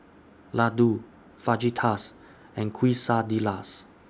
Ladoo Fajitas and Quesadillas